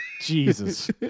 Jesus